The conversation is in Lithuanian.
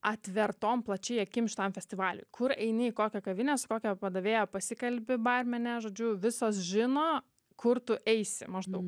atvertom plačiai akim šitam festivaliui kur eini į kokią kavinę su kokia padavėja pasikalbi barmene žodžiu visos žino kur tu eisi maždaug